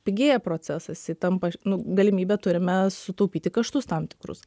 pigėja procesas jisai tampa galimybe turime sutaupyti kaštus tam tikrus